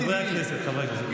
חברי הכנסת, חברי הכנסת.